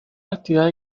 actividad